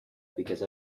because